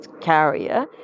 carrier